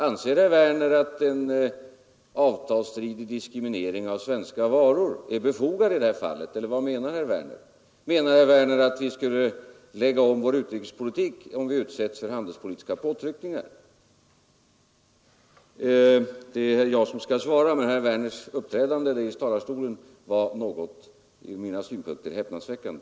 Anser herr Werner att en avtalsstridig diskriminering av svenska varor är befogad i detta fall, eller vad menar herr Werner? Menar herr Werner att vi skall lägga om vår utrikespolitik, om vi utsätts för handelspolitiska påtryckningar? Det är jag som skall svara, men herr Werners uppträdande i talarstolen var från min synpunkt häpnadsväckande.